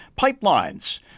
pipelines